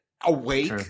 awake